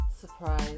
Surprise